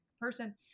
person